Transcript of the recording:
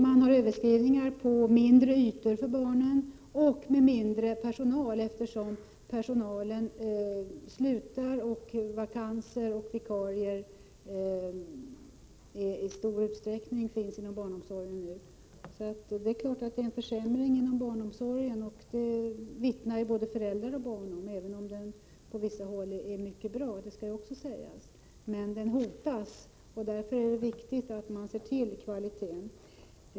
Man har överinskrivningar på mindre ytor för barnen och med mindre personal, eftersom personalen slutar och vakanser och vikarier numera förekommer i stor utsträckning inom barnomsorgen. Det är klart att det är en försämring — det vittnar både föräldrar och barn om. Det skall också sägas att barnomsorgen på vissa håll är mycket bra, men den hotas, och därför är det viktigt att man ser till kvaliteten.